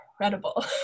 incredible